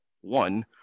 one